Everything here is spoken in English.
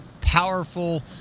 powerful